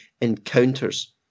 encounters